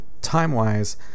time-wise